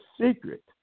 secret